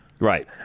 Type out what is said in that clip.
Right